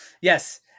Yes